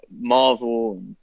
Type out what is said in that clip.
Marvel